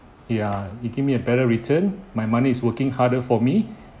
ya it give me a better return my money is working harder for me